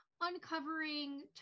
uncovering